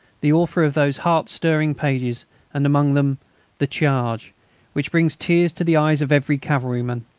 the author of those heart-stirring pages and among them the charge which bring tears to the eyes of every cavalryman.